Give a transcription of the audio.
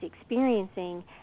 experiencing